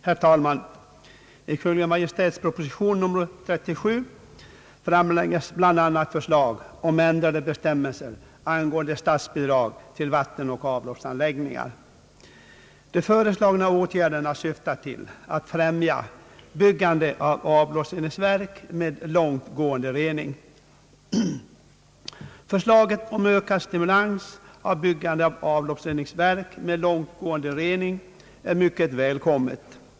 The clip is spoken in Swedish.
Herr talman! I Kungl. Maj:ts proposition nr 37 framläggs bl.a. förslag om ändrade bestämmelser angående statsbidrag till vattenoch avloppsanläggningar. De föreslagna åtgärderna syftar till att främja byggande av avloppsreningsverk med långt gående rening. Förslaget om ökad stimulans till byggande av sådana avloppsreningsverk är mycket välkommet.